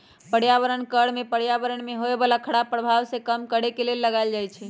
पर्यावरण कर में पर्यावरण में होय बला खराप प्रभाव के कम करए के लेल लगाएल जाइ छइ